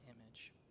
image